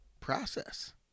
process